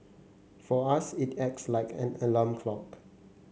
for us it acts like an alarm clock